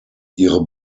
ihre